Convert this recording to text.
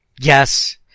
Yes